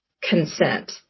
consent